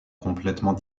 complètement